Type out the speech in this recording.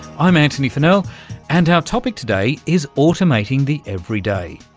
i'm antony funnell and our topic today is automating the everyday,